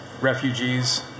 refugees